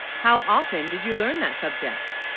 how often, did you learn that subject.